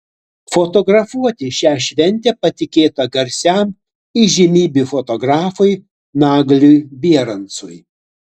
fotografuoti šią šventę patikėta garsiam įžymybių fotografui nagliui bierancui